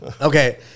Okay